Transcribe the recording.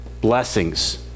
blessings